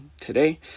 today